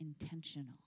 intentional